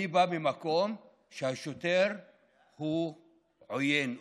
אני בא ממקום שהשוטר עוין אותי.